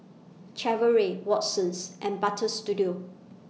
Chevrolet Watsons and Butter Studio